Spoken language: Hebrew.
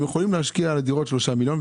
שיכולים להשקיע בדירה 3 מיליון שקלים,